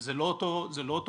זה לא אותו מנגנון.